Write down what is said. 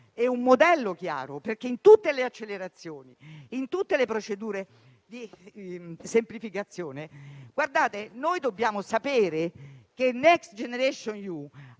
e un modello chiaro presenti in tutte le accelerazioni e in tutte le procedure di semplificazione. Guardate, noi dobbiamo sapere che il Next generation EU